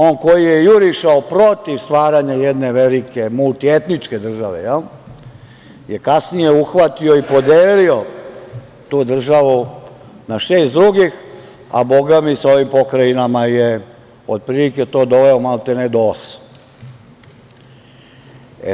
On koji je jurišao protiv stvaranja jedne velike, multietničke države je kasnije uhvatio i podelio tu državu na šest drugih, a Boga mi sa ovim pokrajinama je, otprilike to doveo maltene do osam.